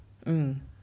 mm